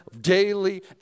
daily